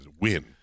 win